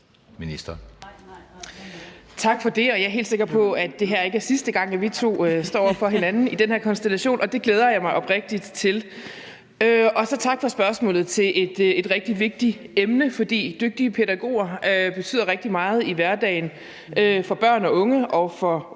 Tak for det, og jeg er helt sikker på, at det her ikke er sidste gang, at vi to står over for hinanden i den her konstellation, og det glæder jeg mig oprigtigt til at vi skal. Og så tak for spørgsmålet til et rigtig vigtigt emne, for dygtige pædagoger betyder rigtig meget i hverdagen for børn og unge og for udsatte,